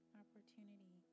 opportunity